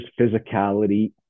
physicality